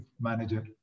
manager